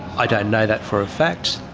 i don't know that for a fact,